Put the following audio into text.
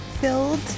filled